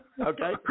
okay